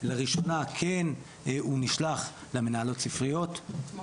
לראשונה כן הוא נשלח למנהלות הספריות --- אתמול.